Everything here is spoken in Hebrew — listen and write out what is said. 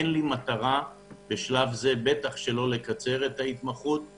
אין לנו כוונה לקצר את ההתמחות בשלב זה.